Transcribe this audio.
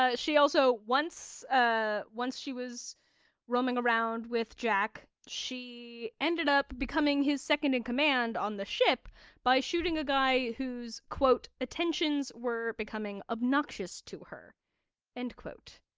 ah she also, once ah once she was roaming around with jack, jack, she ended up becoming his second in command on the ship by shooting a guy who's quote attentions were becoming obnoxious to her end quote.